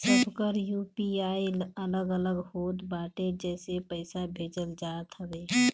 सबकर यू.पी.आई अलग अलग होत बाटे जेसे पईसा भेजल जात हवे